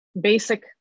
basic